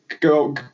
go